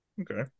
Okay